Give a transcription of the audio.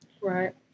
Right